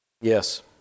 Yes